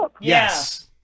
Yes